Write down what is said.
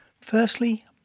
Firstly